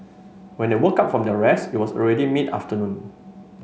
when they woke up from their rest it was already mid afternoon